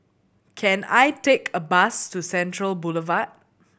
can I take a bus to Central Boulevard